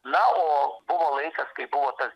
na o buvo laikas kai buvo tas